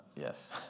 Yes